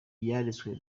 yanditswe